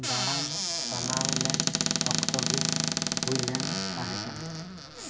ᱫᱟᱬᱟᱱ ᱪᱟᱞᱟᱣ ᱞᱮᱱ ᱚᱠᱛᱚ ᱜᱮ ᱦᱩᱭ ᱞᱮᱱ ᱛᱟᱦᱮᱸ ᱠᱟᱱᱟ